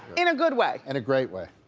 in a good way. in a great way.